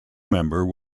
member